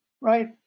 right